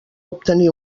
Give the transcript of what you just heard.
obtenir